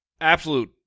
absolute